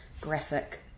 graphic